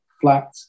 flat